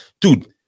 dude